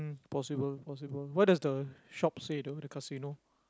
possible possible what does the shop say though the casino